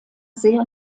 sehr